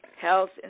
health